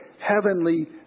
heavenly